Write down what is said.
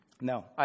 No